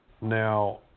Now